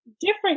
different